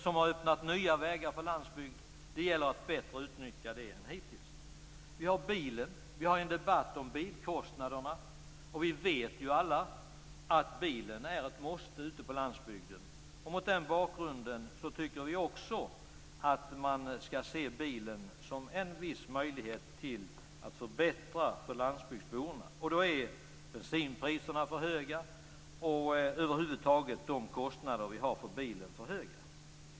Den har öppnat nya vägar för landsbygden. Det borde man utnyttja bättre än vad man har gjort hittills. Det förs en debatt om bilkostnaderna. Bilen är ett måste på landsbygden. Mot den bakgrunden borde man se bilen som en möjlighet att förbättra för landsbygdsborna, och då är bensinpriserna och övriga bilkostnader för höga.